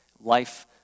Life